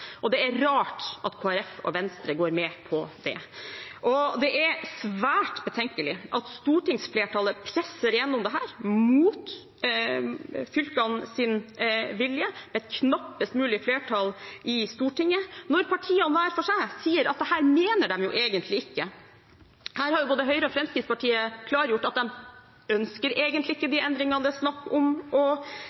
nivået. Det er rart at Kristelig Folkeparti og Venstre går med på det. Det er svært betenkelig at stortingsflertallet presser igjennom dette mot fylkenes vilje – et knappest mulig flertall i Stortinget – når partiene hver for seg sier at dette mener de egentlig ikke. Her har både Høyre og Fremskrittspartiet klargjort at de ønsker egentlig ikke de endringene det er snakk om